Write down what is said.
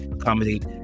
accommodate